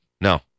No